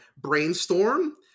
Brainstorm